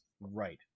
right